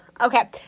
okay